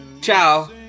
Ciao